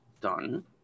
done